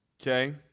Okay